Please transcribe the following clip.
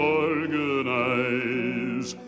organize